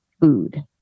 food